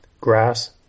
grass